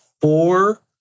four